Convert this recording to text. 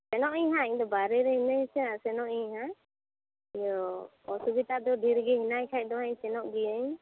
ᱥᱮᱱᱚᱜ ᱤᱧ ᱦᱟᱜ ᱤᱧ ᱫᱚ ᱵᱟᱭᱨᱮ ᱦᱮᱱᱟᱹᱧᱟᱥᱮ ᱥᱮᱱᱚᱜ ᱤᱧ ᱦᱟᱜ ᱤᱭᱟᱹ ᱚᱥᱩᱵᱤᱫᱟ ᱫᱚ ᱰᱷᱮᱨ ᱜᱮ ᱦᱮᱱᱟᱭ ᱠᱷᱟᱡ ᱫᱚᱦᱟᱜ ᱤᱧ ᱥᱮᱱᱚᱜ ᱜᱮᱭᱟᱹᱧ